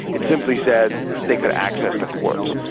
it simply said they could access the courts.